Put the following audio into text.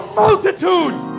multitudes